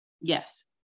Yes